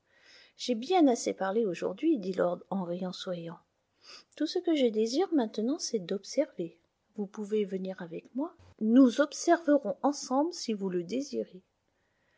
j'ai bien assez parlé aujourd'hui dit lord henry en souriant tout ce que je désire maintenant c'est d'observer vous pouvez venir avec moi nous observerons ensemble si vous le désirez